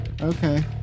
Okay